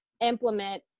implement